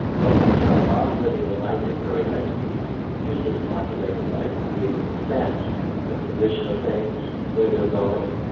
but when you start modulating the light at very high speeds you can use this modulated light to be able to sense the position of things, where they are going.